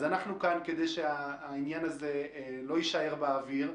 אז אנחנו כאן כדי שהעניין לא יישאר באוויר,